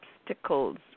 obstacles